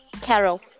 Carol